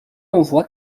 envoie